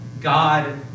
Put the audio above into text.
God